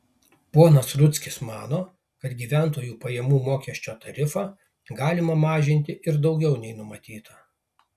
ponas rudzkis mano kad gyventojų pajamų mokesčio tarifą galima mažinti ir daugiau nei numatyta